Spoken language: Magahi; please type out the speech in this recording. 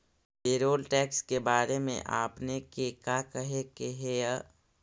पेरोल टैक्स के बारे में आपने के का कहे के हेअ?